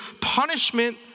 punishment